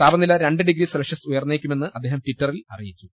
താപനില രണ്ട് degree Celsius ഉയർന്നേക്കുമെന്ന് അദ്ദേഹം ട്വിറ്ററിൽ അറിയിച്ചു